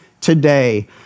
today